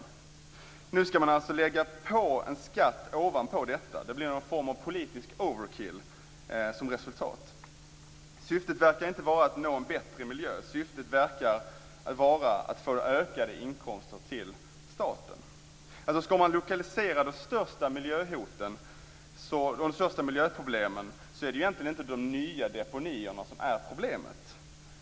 Nu skall man alltså lägga på en skatt ovanpå detta. Det blir en form av politisk overkill som resultat. Syftet verkar inte vara att uppnå en bättre miljö, det verkar vara att få ökade inkomster till staten. Skall man lokalisera de största miljöhoten och de största miljöproblemen är det inte de nya deponierna som är problemet.